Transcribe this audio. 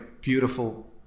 beautiful